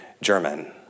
German